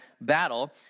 battle